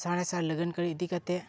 ᱥᱟᱬᱮᱥ ᱟᱨ ᱞᱟᱹᱜᱟᱹᱱ ᱠᱟᱹᱨᱤ ᱤᱫᱤ ᱠᱟᱛᱮ